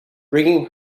bringing